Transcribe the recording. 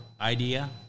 idea